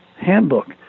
handbook